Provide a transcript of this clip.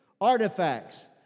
artifacts